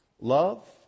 love